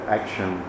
action